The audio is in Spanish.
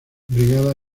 brigada